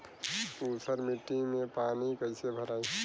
ऊसर मिट्टी में पानी कईसे भराई?